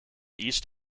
east